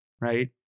right